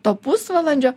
to pusvalandžio